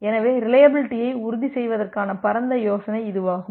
எனவே ரிலையபிலிட்டியை உறுதி செய்வதற்கான பரந்த யோசனை இதுவாகும்